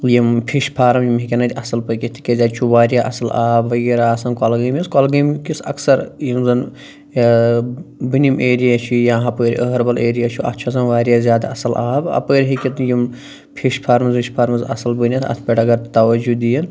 یِم fish farm یِم ہیٚکیٚن اَتہِ اصٕل پٔکِتھ تِکیٛازِ اَتہِ چھُ واریاہ اصٕل آب وغیرہ آسان کۄلگٲمِس کۄلگٲمہِ کِس اَکثر یِم زَن ٲں بوٚنِم ایریا چھِ یا ہۄپٲرۍ أہربَل ایریا چھُ اَتھ چھُ آسان واریاہ زیادٕ اصٕل آب اَپٲرۍ ہیٚکیٚن یِم فِش فارمٕز وِش فارمٕز اصٕل بٔنِتھ اَتھ پٮ۪ٹھ اگر تَوَجوٗ دِییِن